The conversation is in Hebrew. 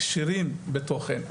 עשירים בתוכן,